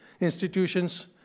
institutions